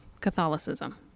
catholicism